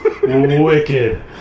Wicked